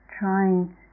trying